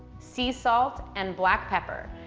sea salt, and black pepper,